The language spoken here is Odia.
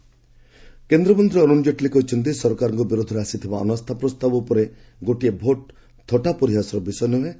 ଜେଟ୍ଲୀ କେନ୍ଦ୍ରମନ୍ତ୍ରୀ ଅର୍ଚ୍ଚଣ ଜେଟ୍ଲୀ କହିଛନ୍ତି ସରକାରଙ୍କ ବିରୋଧରେ ଆସିଥିବା ଅନାସ୍ଥା ପ୍ରସ୍ତାବ ଉପରେ ଗୋଟି ଭୋଟ୍ ଥଟ୍ଟା ପରିହାସର ବିଷୟ ନୁହେଁ